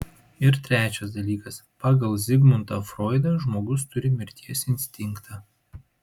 ir trečias dalykas pagal zigmundą froidą žmogus turi mirties instinktą